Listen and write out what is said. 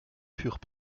furent